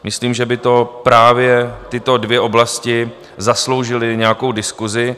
Myslím, že by právě tyto dvě oblasti zasloužily nějakou diskusi.